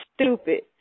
stupid